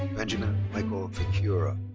benjamin michael feciura.